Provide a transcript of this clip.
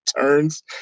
turns